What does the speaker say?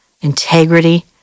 integrity